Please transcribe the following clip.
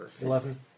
eleven